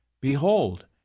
Behold